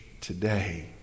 today